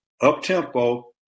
up-tempo